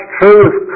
truth